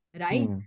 right